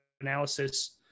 analysis